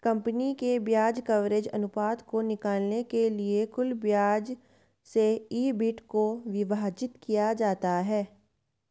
company के ब्याज coverage अनुपात को निकालने के लिए कुल ब्याज व्यय से ईबिट को विभाजित किया जाता है